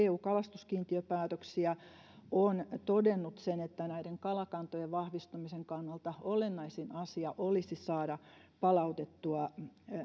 eu kalastuskiintiöpäätöksiä on todennut sen että näiden kalakantojen vahvistumisen kannalta olennaisin asia olisi saada palautettua